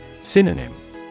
Synonym